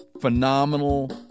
phenomenal